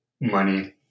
money